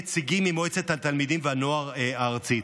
נציגים ממועצת התלמידים והנוער הארצית.